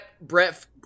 Brett